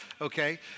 okay